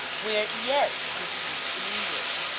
where yes would be used in english,